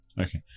Okay